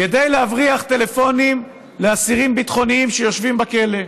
כדי להבריח טלפונים לאסירים ביטחוניים שיושבים בכלא.